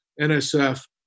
NSF